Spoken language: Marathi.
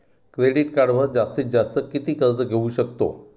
क्रेडिट कार्डवर जास्तीत जास्त किती कर्ज घेऊ शकतो?